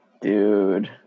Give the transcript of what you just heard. Dude